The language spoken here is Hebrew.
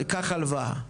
"קח הלוואה".